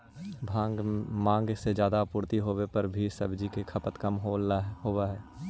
माँग से ज्यादा आपूर्ति होवे पर भी सब्जि के खपत कम होवऽ हइ